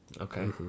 Okay